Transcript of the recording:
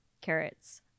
carrots